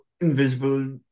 invisible